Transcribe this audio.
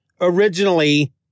originally